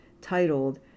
titled